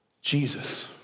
Jesus